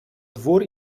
dwór